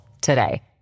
today